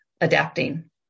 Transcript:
adapting